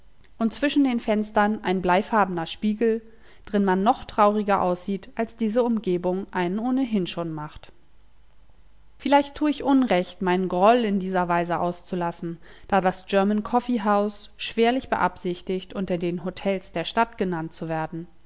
und zwischen den fenstern ein bleifarbner spiegel drin man noch trauriger aussieht als diese umgehung einen ohnehin schon macht vielleicht tu ich unrecht meinen groll in dieser weise auszulassen da das german coffee house schwerlich beabsichtigt unter den hotels der stadt genannt zu werden